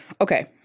Okay